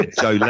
Joe